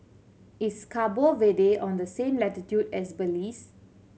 is Cabo Verde on the same latitude as Belize